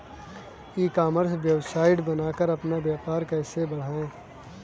ई commerce website बनाकर अपना व्यापार कैसे बढ़ाएँ?